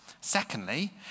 Secondly